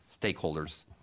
stakeholders